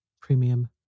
Premium